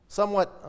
somewhat